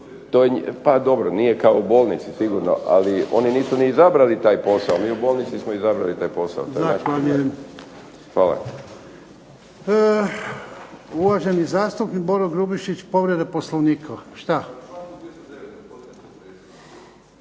Pa dobro nije kao u bolnici sigurno, ali oni nisu ni izabrali taj posao, mi u bolnici smo izabrali taj posao. **Jarnjak, Ivan (HDZ)** Zahvaljujem. Uvaženi zastupnik Boro Grubišić povreda Poslovnika.